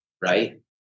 right